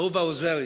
אהובה עוזרי.